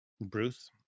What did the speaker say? Bruce